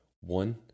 One